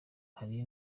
hari